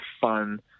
fun